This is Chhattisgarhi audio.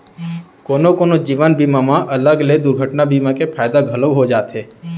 कोनो कोनो जीवन बीमा म अलग ले दुरघटना बीमा के फायदा घलौ हो जाथे